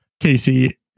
Casey